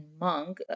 monk